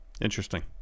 Interesting